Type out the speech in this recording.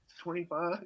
twenty-five